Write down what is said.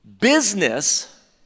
Business